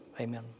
amen